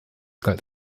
galt